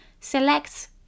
Select